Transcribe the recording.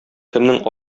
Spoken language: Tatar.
кeмнeң